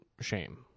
shame